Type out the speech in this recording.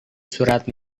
surat